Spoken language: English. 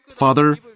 Father